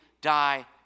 die